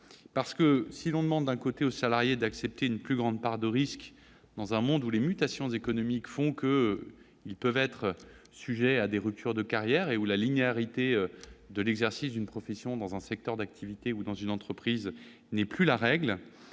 l'équité. Si l'on demande aux salariés d'accepter une plus grande part de risque dans un monde où les mutations économiques font qu'ils peuvent être soumis à des ruptures de carrière, et où la linéarité de l'exercice d'une profession dans un secteur d'activité ou dans une entreprise n'est plus la règle,